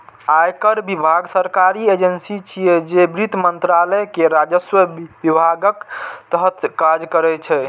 आयकर विभाग सरकारी एजेंसी छियै, जे वित्त मंत्रालय के राजस्व विभागक तहत काज करै छै